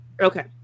Okay